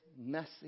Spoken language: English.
messy